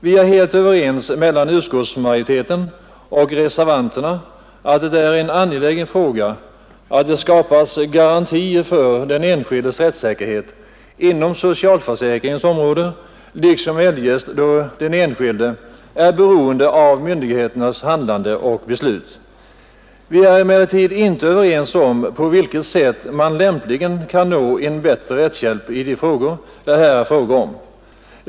Vi är i utskottsmajoriteten helt överens med reservanterna om att det är angeläget att det skapas garantier för den enskildes rättssäkerhet inom socialförsäkringens område liksom eljest då den enskilde är beroende av myndigheters handlande och beslut. Vi är emellertid inte överens om på vilket sätt man lämpligen kan nå en bättre rättshjälp i de frågor det här rör sig om.